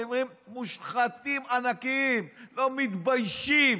אתם מושחתים ענקיים, לא מתביישים.